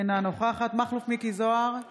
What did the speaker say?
אינה נוכחת מכלוף מיקי זוהר,